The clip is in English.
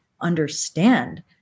understand